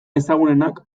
ezagunenak